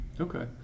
Okay